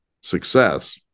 success